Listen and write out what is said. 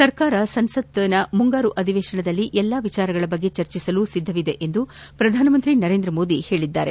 ಸರ್ಕಾರ ಸಂಸತ್ ಮುಂಗಾರು ಅಧಿವೇಶನದಲ್ಲಿ ಎಲ್ಲ ವಿಷಯಗಳ ಬಗ್ಗೆ ಚರ್ಚಿಸಲು ಸರ್ಕಾರ ಸಿದ್ಧವಿದೆ ಎಂದು ಪ್ರಧಾನಮಂತ್ರಿ ನರೇಂದ್ರ ಮೋದಿ ಹೇಳಿದ್ದಾರೆ